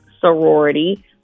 sorority